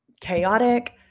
chaotic